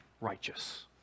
righteous